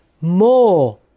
more